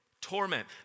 Torment